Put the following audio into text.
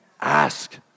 Ask